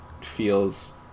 feels